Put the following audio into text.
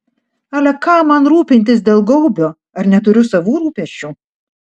ale kam man rūpintis dėl gaubio ar neturiu savų rūpesčių